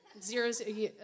zeros